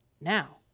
Now